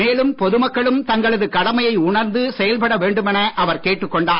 மேலும் பொதுமக்களும் தங்களது கடமையை உணர்ந்து செயல்பட வேண்டுமென அவர் கேட்டுக்கொண்டார்